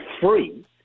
free